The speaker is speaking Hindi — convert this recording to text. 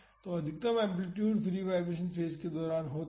तो अधिकतम एम्पलीटूड फ्री वाईब्रेशन फेज के दौरान होता है